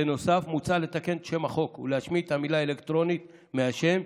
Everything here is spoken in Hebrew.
בנוסף מוצע לתקן את שם החוק ולהשמיט את המילה "אלקטרונית" מהשם,